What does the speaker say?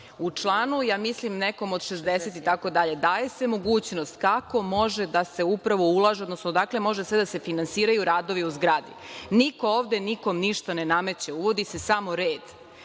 U članu, mislim u nekom od 60. daje se mogućnost kako može da se upravo ulaže, odnosno odakle može sve da se finansiraju radovi u zgradi. Niko ovde nikome ne nameće. Uvodi se samo red.